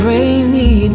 Rainy